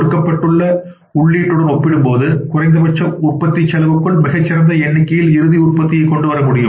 கொடுக்கப்பட்ட உள்ளீட்டுடன் ஒப்பிடும்போது மற்றும் குறைந்தபட்ச உற்பத்தி செலவுக்குள் மிகச்சிறந்த எண்ணிக்கையில் இறுதி உற்பத்தியைக் கொண்டு வர முடியும்